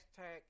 hashtag